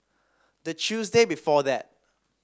the Tuesday before that